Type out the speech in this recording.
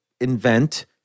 invent